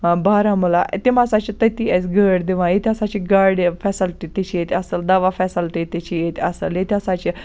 بارامُلا تِم ہَسا چھِ تٔتی اَسہِ گٲڑۍ دِوان یِم ہَسا چھِ گاڑٕ فیسَلٹی تہِ چھِ ییٚتہِ اصٕل دَوا فیسَلٹی تہِ چھِ ییٚتہِ اصٕل ییٚتہِ ہَسا چھِ